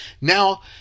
now